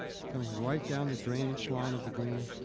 it's coming right down the drainage line of the green.